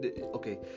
Okay